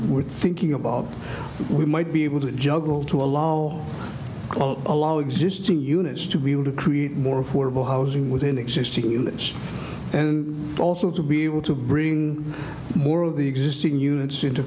were thinking about we might be able to juggle to allow allow existing units to be able to create more affordable housing within existing units and also to be able to bring more of the existing units into